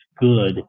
good